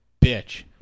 bitch